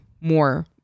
more